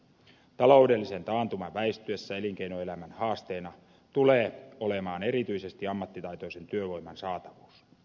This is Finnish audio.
taloudellisen taantuman väistyessä elinkeinoelämän haasteena tulee olemaan erityisesti ammattitaitoisen työvoiman saatavuus